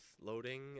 loading